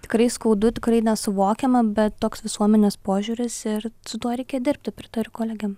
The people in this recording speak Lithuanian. tikrai skaudu tikrai nesuvokiama bet toks visuomenės požiūris ir su tuo reikia dirbti pritariu kolegėm